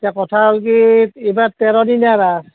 এতিয়া কথা হ'ল কি এইবাৰ তেৰদিনীয়া ৰাস